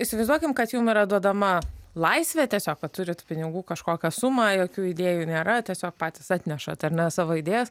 įsivaizduokim kad jum yra duodama laisvė tiesiog turit pinigų kažkokią sumą jokių idėjų nėra tiesiog patys atnešat ar ne savo idėjas